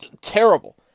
terrible